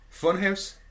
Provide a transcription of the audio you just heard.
Funhouse